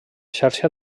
xarxa